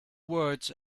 words